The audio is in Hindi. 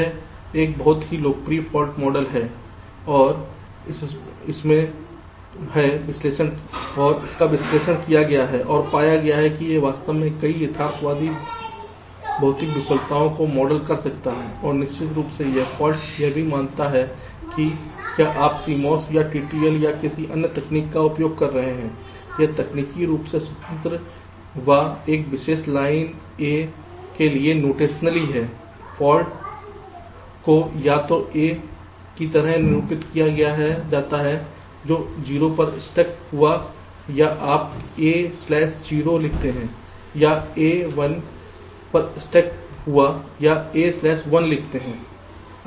यह एक बहुत ही लोकप्रिय फॉल्ट मॉडल है और इसमें है विश्लेषण किया गया और पाया गया कि यह वास्तव में कई यथार्थवादी भौतिक विफलताओं को मॉडल कर सकता है और निश्चित रूप से यह फाल्ट यह नहीं मानता है कि क्या आप CMOS या TTL या किसी अन्य तकनीक का उपयोग कर रहे हैं यह तकनीकी रूप से स्वतंत्र वा एक विशेष लाइन A के लिए नोटेशनली है फाल्ट को या तो इस A की तरह निरूपित किया जाता है जो 0 पर स्टक हुआ या आप केवल A स्लैश 0 लिखते हैं या A 1 पर स्टक हुआ या A स्लैश 1 लिखते है